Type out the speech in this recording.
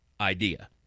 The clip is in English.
idea